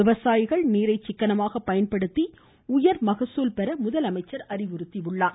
விவசாயிகள் நீரை சிக்கனமாக பயன்படுத்தி உயர் மகசூல்பெற முதலமைச்சர் அறிவுறுத்தியுள்ளார்